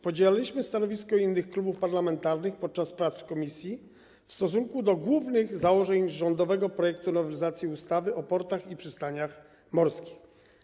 Podzielaliśmy stanowisko innych klubów parlamentarnych podczas prac w komisji w stosunku do głównych założeń rządowego projektu nowelizacji ustawy o portach i przystaniach morskich.